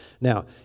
Now